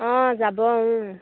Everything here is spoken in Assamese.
অঁ যাব